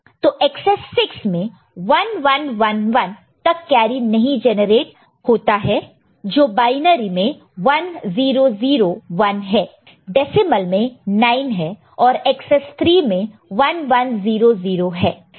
तो एकसेस 6 में 1111 तक कैरी नहीं जनरेट होता है जो बायनरी में 1001 है डेसीमल में 9 है और एकसेस 3 में 1100 है